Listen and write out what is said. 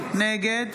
נגד